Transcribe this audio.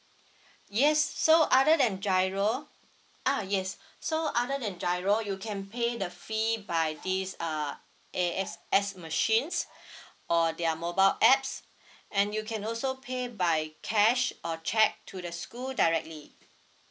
yes so other than GIRO uh yes so other than GIRO you can pay the fee by this uh A_X_S machines or their mobile apps and you can also pay by cash or cheque to the school directly